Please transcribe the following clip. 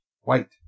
white